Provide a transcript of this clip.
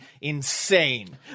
insane